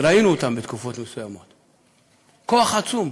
ראינו אותם בתקופות מסוימות, כוח עצום.